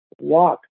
walk